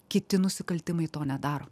kiti nusikaltimai to nedaro